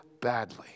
badly